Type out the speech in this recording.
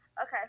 Okay